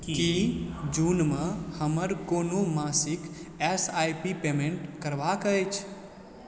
की जून मे हमर कोनो मासिक एस आइ पी पेमेन्ट करबाक अछि